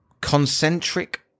concentric